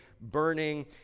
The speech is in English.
burning